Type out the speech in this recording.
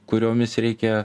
kuriomis reikia